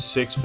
Six